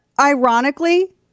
ironically